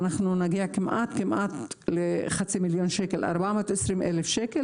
נגיע כמעט ל-420 אלף שקל,